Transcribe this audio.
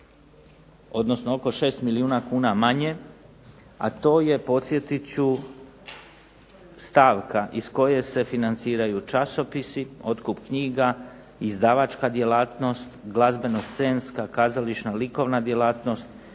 odnosno oko 6 milijuna kuna manje, a to je podsjetit ću stavka iz koje se financiraju časopisi, otkup knjiga, izdavačka djelatnost, glazbeno-scenska, kazališna, likovna djelatnost,